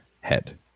head